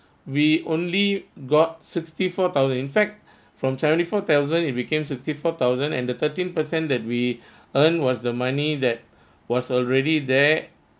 we only got sixty four thousand in fact from seventy four thousand it became sixty four thousand and the thirteen percent that we earn was the money that was already there